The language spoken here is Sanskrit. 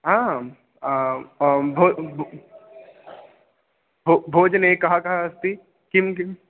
आम् भोः भो भोजने कः कः अस्ति किं किम्